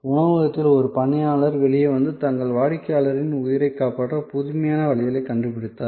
உணவகத்தில் ஒரு பணியாளர் வெளியே வந்து தங்கள் வாடிக்கையாளர்களின் உயிரைக் காப்பாற்ற புதுமையான வழிகளைக் கண்டுபிடித்தார்